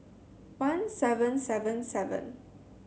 one seven seven seven